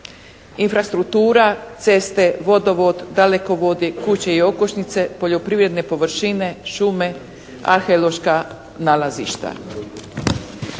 infrastruktura, ceste, vodovod, dalekovodi, kuće i okućnice, poljoprivredne površine, šume, arheološka nalazišta.